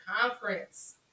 conference